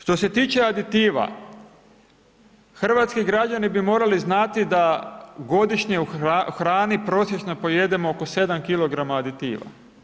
Što se tiče aditiva hrvatski građani bi morali znati da godišnje u hrani prosječno pojedemo oko 7kg aditiva.